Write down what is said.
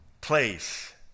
place